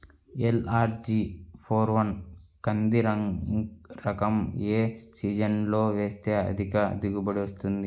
LRG four one కంది రకం ఏ సీజన్లో వేస్తె అధిక దిగుబడి వస్తుంది?